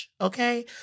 okay